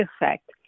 effect